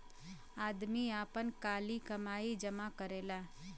आदमी आपन काली कमाई जमा करेला